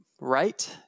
right